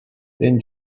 then